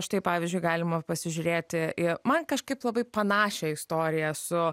štai pavyzdžiui galima pasižiūrėti į man kažkaip labai panašią istoriją su